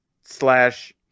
slash